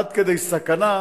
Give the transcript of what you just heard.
עד כדי סכנה,